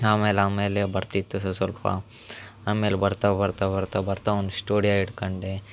ಆಮೇಲೆ ಆಮೇಲೆ ಬರುತ್ತಿತ್ತು ಸೊ ಸ್ವಲ್ಪ ಆಮೇಲೆ ಬರ್ತಾ ಬರ್ತಾ ಬರ್ತಾ ಬರ್ತಾ ಒಂದು ಸ್ಟೂಡಿಯಾ ಇಟ್ಕೊಂಡೆ